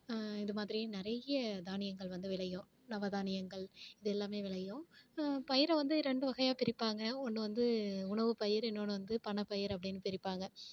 இது மாதிரி நிறைய தானியங்கள் வந்து விளையும் நவ தானியங்கள் இது எல்லாமே விளையும் பயிர வந்து ரெண்டு வகையா பிரிப்பாங்க ஒன்று வந்து உணவுப்பயிர் இன்னொன்று வந்து பணப்பயிர் அப்டினு பிரிப்பாங்க